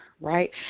right